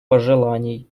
пожеланий